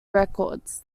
records